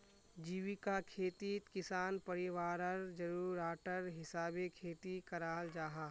जीविका खेतित किसान परिवारर ज़रूराटर हिसाबे खेती कराल जाहा